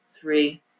three